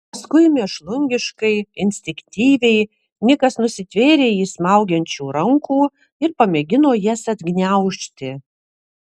paskui mėšlungiškai instinktyviai nikas nusitvėrė jį smaugiančių rankų ir pamėgino jas atgniaužti